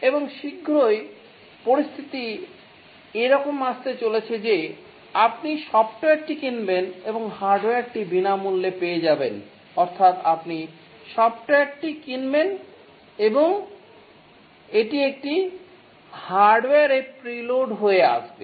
এবং শীঘ্রই পরিস্থিতি এরকম আসতে চলেছে যে আপনি সফ্টওয়্যারটি কিনবেন এবং হার্ডওয়্যারটি বিনামূল্যে পেয়ে যাবেন অর্থাৎ আপনি সফ্টওয়্যারটি কিনবেন এবং এটি একটি হার্ডওয়্যারে প্রিললোড হয়ে আসবে